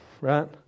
right